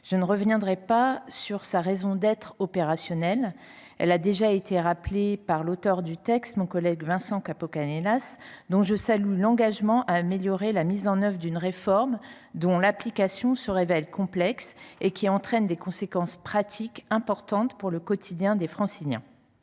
Je ne reviendrai pas sur sa raison d’être opérationnelle. Elle a déjà été rappelée par l’auteur du texte, mon collègue Vincent Capo Canellas, dont je salue l’engagement à améliorer la mise en œuvre d’une réforme complexe à appliquer et aux conséquences pratiques importantes pour le quotidien des Franciliens.